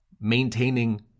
maintaining